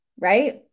Right